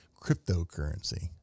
cryptocurrency